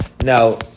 Now